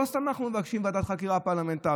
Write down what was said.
לא סתם אנחנו מבקשים ועדת חקירה פרלמנטרית,